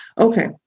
Okay